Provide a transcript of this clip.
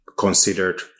considered